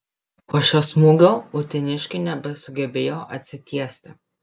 po šio smūgio uteniškiai nebesugebėjo atsitiesti